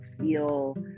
feel